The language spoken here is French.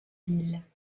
ville